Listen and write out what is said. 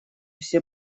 все